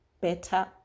better